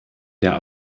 der